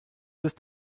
ist